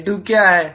L2 क्या है